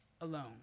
alone